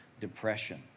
depression